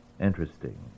interesting